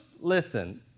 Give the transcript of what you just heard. Listen